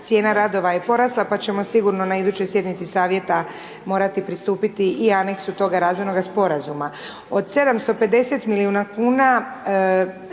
cijena radova je porasla pa ćemo sigurno na idućoj sjednici savjeta morati pristupiti i aneksu toga razvojnoga sporazuma. Od 750 milijuna kn,